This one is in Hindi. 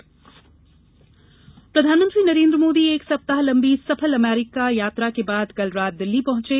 अमरीका यात्रा प्रधानमंत्री नरेन्द्र मोदी एक सप्ताह लम्बी सफल अमरीका यात्रा के बाद कल रात दिल्ली पहंचे